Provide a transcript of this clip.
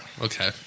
okay